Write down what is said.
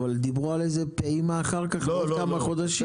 אבל דיברו על פעימה אחר כך בעוד כמה חודשים,